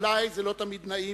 אולי זה לא תמיד נעים,